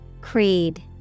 Creed